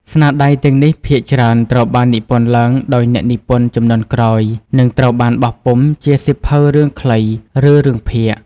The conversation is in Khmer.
ស្នាដៃទាំងនេះភាគច្រើនត្រូវបាននិពន្ធឡើងដោយអ្នកនិពន្ធជំនាន់ក្រោយ និងត្រូវបានបោះពុម្ពជាសៀវភៅរឿងខ្លី ឬរឿងភាគ។